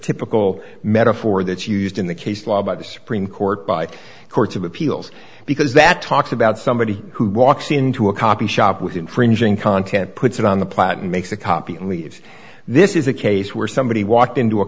typical metaphor that's used in the case law by the supreme court by courts of appeals because that talks about somebody who walks into a copy shop with infringing content puts it on the planet and makes a copy only if this is a case where somebody walked into a